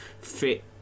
fit